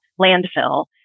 landfill